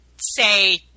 say